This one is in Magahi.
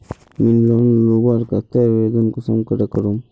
मुई लोन लुबार केते आवेदन कुंसम करे करूम?